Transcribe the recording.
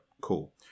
Cool